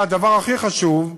והדבר הכי חשוב,